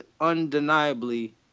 undeniably